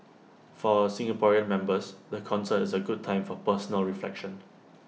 for our Singaporean members the concert is A good time for personal reflection